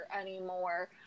anymore